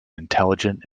intelligent